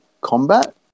combat